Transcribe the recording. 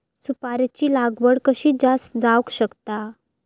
सुपारीची लागवड कशी जास्त जावक शकता?